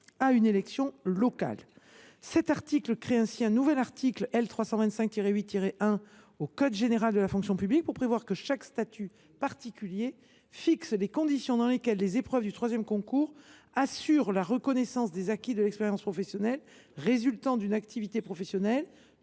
à une élection locale. L’article 14 crée ainsi un nouvel article L. 325 8 1 dans le code général de la fonction publique qui prévoit que chaque statut particulier fixe les conditions dans lesquelles les épreuves du troisième concours assurent la reconnaissance des acquis de l’expérience professionnelle résultant d’une activité professionnelle,